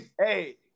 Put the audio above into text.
Hey